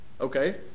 Okay